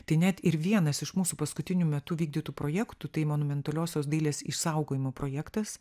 tai net ir vienas iš mūsų paskutiniu metu vykdytų projektų tai monumentaliosios dailės išsaugojimo projektas